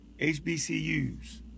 HBCUs